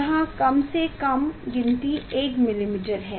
यह कम से कम गिनती 1 मिलीमीटर है